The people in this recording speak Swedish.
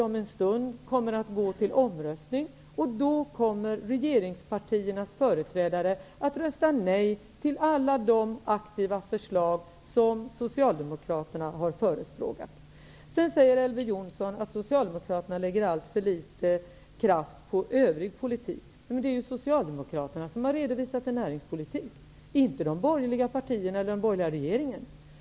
Om en stund kommer vi att gå till omröstning, och då kommer regeringspartiernas företrädare att rösta nej till alla de aktiva förslag som Socialdemokraterna har förespråkat. Vidare säger Elver Jonsson att Socialdemokraterna lägger alltför litet kraft på övrig politik. Men det är Socialdemokraterna som har redovisat en näringspolitik, inte de borgerliga partierna eller den borgerliga regeringen.